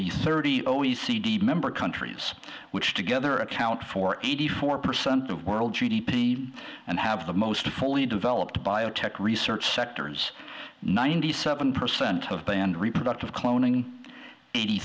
the thirty o e c d member countries which together account for eighty four percent of world g d p and have the most fully developed biotech research sectors ninety seven percent of banned reproductive cloning eighty